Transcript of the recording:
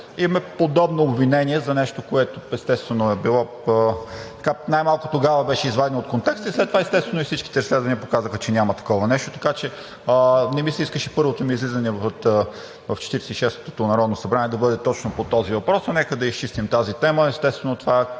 имаме подобно обвинение за нещо, което най-малко тогава беше извадено от контекста и след това, естествено, всичките разследвания показаха, че няма такова нещо. Не ми се искаше първото ми излизане в 46-ото народно събрание да бъде точно по този въпрос, но нека да изчистим тази тема.